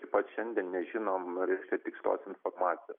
iki pat šiandien nežinom reiškia tikslios informacijos